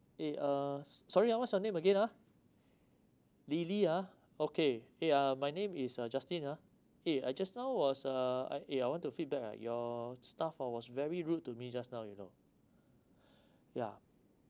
eh uh sorry ah what's your name again ah lilly ah okay eh uh my name is uh justin ah eh I just now was uh I eh I want to feedback ah your staff hor was very rude to me just now you know ya